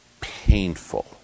painful